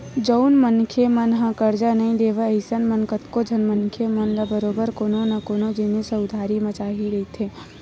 जउन मनखे मन ह करजा नइ लेवय अइसन म कतको झन मनखे मन ल बरोबर कोनो न कोनो जिनिस ह उधारी म चाही रहिथे